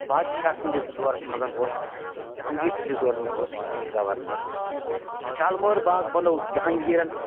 بادشاہ سٕنٛدِس دورَس منٛز اوس جہانٛگیٖر سٕنٛدِس دورَس منٛز اوس تٔمۍ سُنٛد گَوَرنَر شالمور باغ بَنوٚو جہانٛگیٖرَن